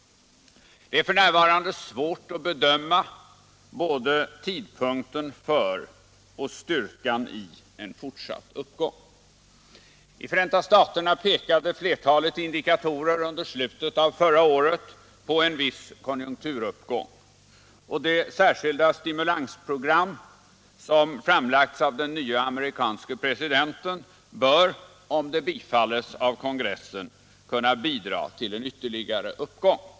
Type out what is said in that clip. Det är f. n. svårt att bedöma både tidpunkten för och styrkan i en fortsatt uppgång. I Förenta staterna pekade flertalet indikatorer under slutet av förra året på en viss konjunkturuppgång, och det särskilda stimulansprogram som framlagts av den nye amerikanske presidenten bör, om det bifalles av kongressen, kunna bidra till en ytterligare uppgång.